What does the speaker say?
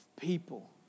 people